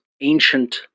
ancient